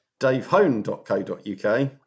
DaveHone.co.uk